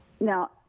Now